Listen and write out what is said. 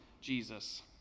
Jesus